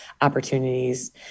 opportunities